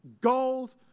gold